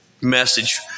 message